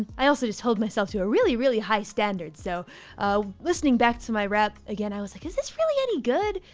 i also just hold myself to a really, really high standard. so ah listening back to my rap again, i was like, is this really any good?